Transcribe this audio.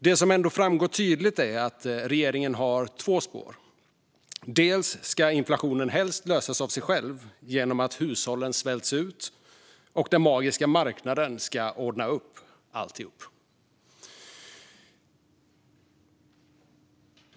Det som ändå framgår tydligt är att regeringen har två spår. Inflationen ska helst lösas av sig själv genom att hushållen svälts ut, och den magiska marknaden ska ordna upp alltihop.